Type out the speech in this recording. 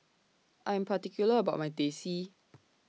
I Am particular about My Teh C